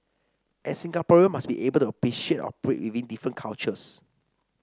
and Singaporean must be able to appreciate and operate within different cultures